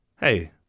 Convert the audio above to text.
hey